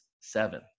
seven